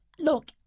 look